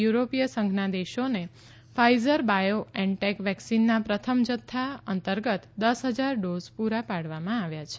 યુરોપીય સંઘના દેશોને ફાઇઝર બાયોએનટેક વેકસીનના પ્રથમ જથ્થા અંતર્ગત દસ હજાર ડોઝ પુરા પાડવામાં આવ્યા છે